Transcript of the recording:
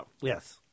yes